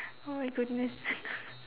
oh my goodness